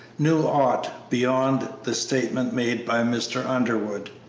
knew aught beyond the statement made by mr. underwood.